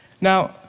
Now